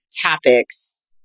topics